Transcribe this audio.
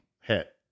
hit